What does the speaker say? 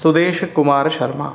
सुदेशकुमारशर्मा